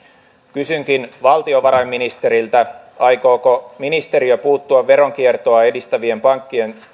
kysynkin valtiovarainministeriltä aikooko ministeriö puuttua veronkiertoa edistävien pankkien